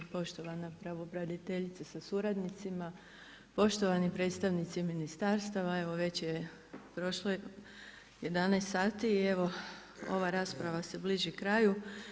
Poštovana pravobraniteljice sa suradnicima, poštovani predstavnici ministarstva, evo već je prošlo 11 sati i evo, ova rasprava se bliži kraju.